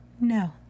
No